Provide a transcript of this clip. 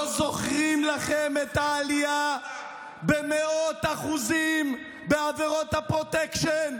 לא זוכרים לכם את העלייה במאות אחוזים בעבירות הפרוטקשן?